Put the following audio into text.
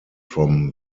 from